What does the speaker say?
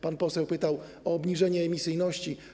Pan poseł pytał o obniżenie emisyjności.